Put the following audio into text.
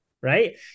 Right